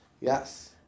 Yes